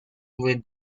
with